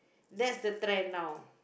that's the trend now